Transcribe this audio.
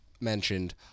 mentioned